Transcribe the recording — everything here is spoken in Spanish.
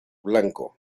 blanco